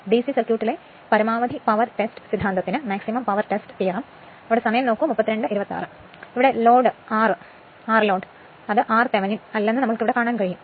DC സർക്യൂട്ടുകളിലെ പരമാവധി power test സിദ്ധാന്തത്തിന് അത് r ലോഡ് r തെവെനിൻ അല്ലെന്നും ഞങ്ങൾ കണ്ടു